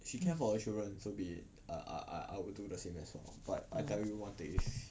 she care for her children so be it I I I would do the same as well but I tell you one thing if